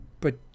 But